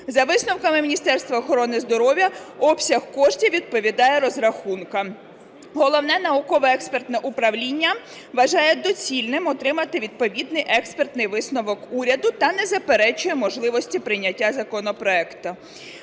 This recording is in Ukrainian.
За висновками Міністерства охорони здоров'я обсяг коштів відповідає розрахункам. Головне науково-експертне управління вважає доцільним отримати відповідний експертний висновок уряду та не заперечує можливості прийняття законопроекту.